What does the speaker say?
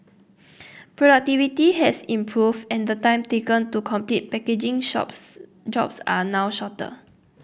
productivity has improved and the time taken to complete packing shops jobs are now shorter